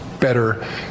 better